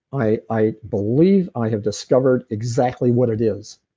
i i believe i have discovered exactly what it is.